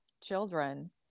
children